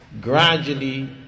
gradually